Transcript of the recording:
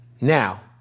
now